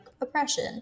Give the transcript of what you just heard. oppression